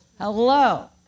Hello